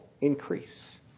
increase